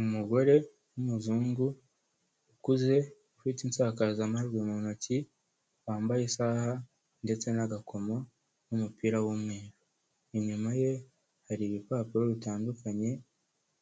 Umugore w'umuzungu ukuze ufite insakazamajwi mu ntoki wambaye isaha ndetse n'agakomo n'umupira w'umweru, inyuma ye hari ibipapuro bitandukanye